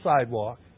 sidewalk